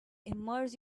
immerse